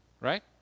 right